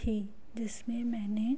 थी जिसमें मैंने